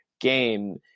game